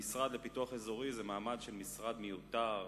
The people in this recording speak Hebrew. למשרד לפיתוח אזורי איזה מעמד של משרד מיותר,